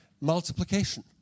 multiplication